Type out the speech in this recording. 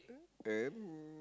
and